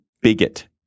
bigot